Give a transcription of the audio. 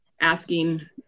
asking